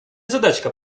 задачка